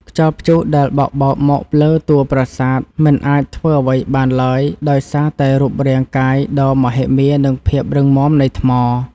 ខ្យល់ព្យុះដែលបក់បោកមកលើតួប្រាសាទមិនអាចធ្វើអ្វីបានឡើយដោយសារតែរូបរាងកាយដ៏មហិមា និង ភាពរឹងមាំនៃថ្ម។